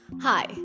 Hi